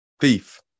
thief